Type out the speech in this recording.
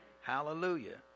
Hallelujah